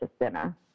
dinner